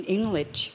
English